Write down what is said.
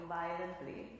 violently